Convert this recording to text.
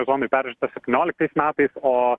zonoj peržiūrėta septynioliktais metais o